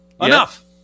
enough